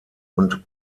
und